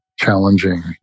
challenging